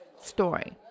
story